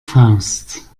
faust